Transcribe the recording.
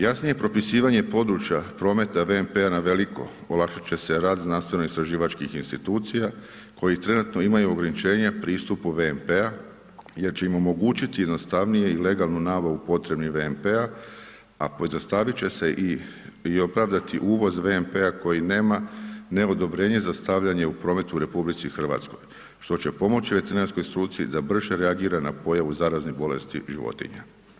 Jasnije propisivanje područja prometa VMP-a na veliko, olakšat će se rad znanstveno-istraživačkih institucija koji trenutno imaju ograničenja pristupu VMP-a jer će im omogućiti jednostavnije i legalnu nabavu potrebnih VMP-a a pojednostaviti će se i opravdati uvoz VMP-a koji nema odobrenje za stavljanje u prometu u RH, što će pomoći veterinarskoj struci da brže reagira na pojavu zaraznih bolesti životinja.